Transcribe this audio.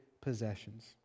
possessions